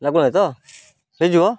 ଲାଗିବ ନାହିଁ ତ ହେଇଯିବ